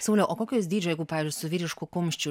sauliau o kokio jis dydžio jeigu pavyzdžiui su vyrišku kumščiu